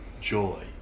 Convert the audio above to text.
joy